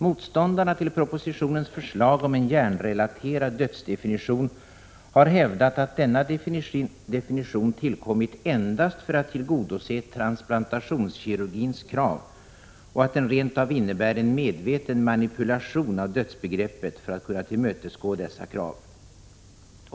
Motståndarna till propositionens förslag om en hjärnrelaterad dödsdefinition har hävdat att denna definition tillkommit endast för att tillgodose transplantationskirurgins krav och att den rent av innebär en medveten manipulation av dödsbegreppet för att kunna tillmötesgå dessa krav.